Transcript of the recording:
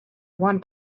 one